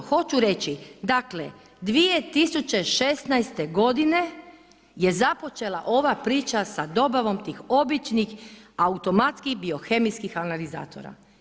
Hoću reći, dakle 2016. g. je započela ova priča sa dobavom tih običnih automatskih biokemijskih analizatora.